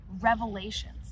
revelations